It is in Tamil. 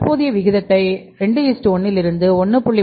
தற்போதைய விகிதத்தை 2 1 லிருந்து 1